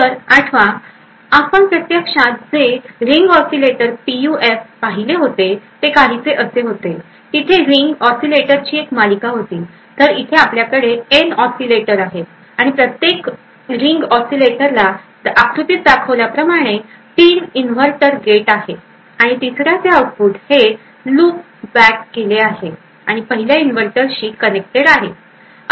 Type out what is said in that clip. तर आठवा आपण प्रत्यक्षात जे रिंग ऑसीलेटर पीयूएफ पाहिले होते ते काहीसे असे होते तिथे रिंग ऑसीलेटरची एक मालिका होती तर इथे आपल्याकडे N ऑसीलेटर आहेत आणि प्रत्येक रिंग ऑसीलेटर ला आकृतीत दाखविल्याप्रमाणे तीन इन्व्हर्टर गेट आहे आणि तिसऱ्याचे आउटपुट हे looped back केले आहे आणि पहिल्या इन्व्हर्टरशी कनेक्टेड आहे